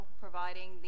providing